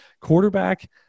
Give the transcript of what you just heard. quarterback